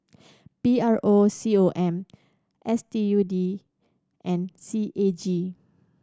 P R O C O M S U T D and C A G